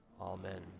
Amen